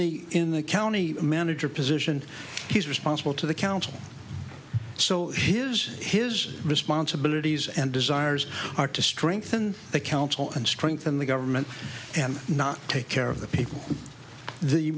the in the county manager position he's responsible to the council so here's his responsibilities and desires are to strengthen the council and strengthen the government and not take care of the people the